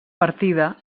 partida